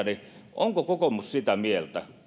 onko kokoomus sitä mieltä